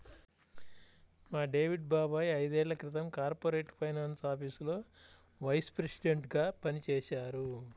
మా డేవిడ్ బాబాయ్ ఐదేళ్ళ క్రితం కార్పొరేట్ ఫైనాన్స్ ఆఫీసులో వైస్ ప్రెసిడెంట్గా పనిజేశారు